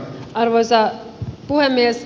arvoisa puhemies